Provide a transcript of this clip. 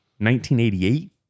1988